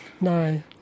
No